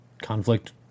Conflict